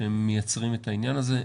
שהם מייצרים את העניין הזה,